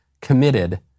committed